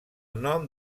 nom